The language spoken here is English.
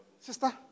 Sister